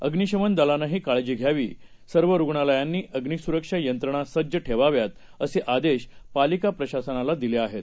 अग्निशमनदलानंहीकाळजीघ्यावी सर्वरुग्णालयांनीअग्निसुरक्षायंत्रणासज्जठेवाव्यात असे आदेशपालिकाप्रशासनालादिलेआहेत